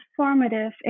transformative